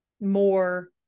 more